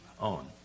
own